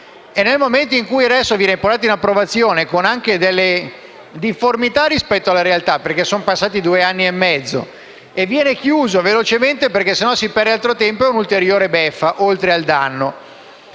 Nel momento in cui, adesso, viene portato in approvazione, anche con delle difformità rispetto alla realtà, essendo passati due anni e mezzo, e viene chiuso velocemente, per non perdere altro tempo, diventa una ulteriore beffa, oltre al danno.